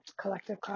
collective